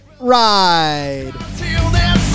ride